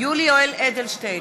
יולי יואל אדלשטיין,